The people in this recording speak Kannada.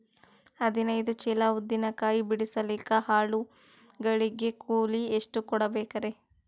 ಹದಿನೈದು ಚೀಲ ಉದ್ದಿನ ಕಾಯಿ ಬಿಡಸಲಿಕ ಆಳು ಗಳಿಗೆ ಕೂಲಿ ಎಷ್ಟು ಕೂಡಬೆಕರೀ?